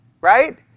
Right